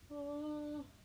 so